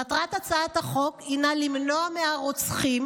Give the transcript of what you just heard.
מטרת הצעת החוק הינה למנוע מהרוצחים